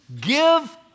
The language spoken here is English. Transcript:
Give